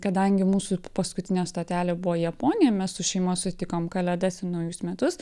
kadangi mūsų paskutinė stotelė buvo japonija mes su šeima sutikom kalėdas ir naujus metus